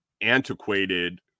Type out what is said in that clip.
antiquated